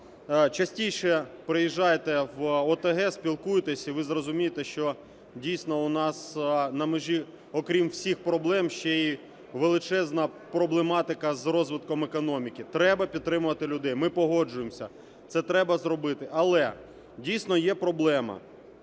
Частіше приїжджайте в ОТГ, спілкуйтесь і ви зрозумієте, що дійсно у нас на межі, окрім всіх проблем, ще й величезна проблематика з розвитком економіки. Треба підтримувати людей, ми погоджуємось, це треба зробити. Але дійсно є проблема,